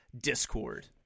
Discord